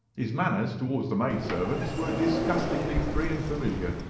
his manners towards the maid-servants were disgustingly free and familiar.